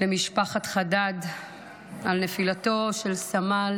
למשפחת חדד על נפילתו של סמל